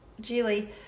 Julie